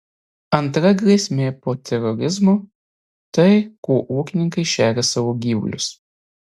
antra grėsmė po terorizmo tai kuo ūkininkai šeria savo gyvulius